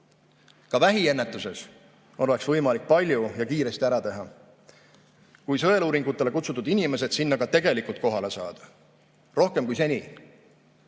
Ka vähiennetuses oleks võimalik palju ja kiiresti ära teha, kui sõeluuringutele kutsutud inimesed sinna ka tegelikult kohale saada. Rohkem kui seni.